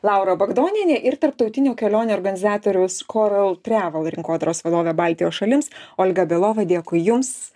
laura bagdonienė ir tarptautinių kelionių organizatoriaus coral travel rinkodaros vadovė baltijos šalims olga belova dėkui jums